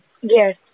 Yes